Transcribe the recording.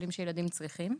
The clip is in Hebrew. טיפולים שילדים צריכים.